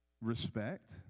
Respect